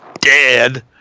dead